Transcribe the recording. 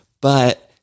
But-